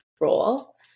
role